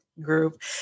group